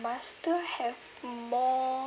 Master have more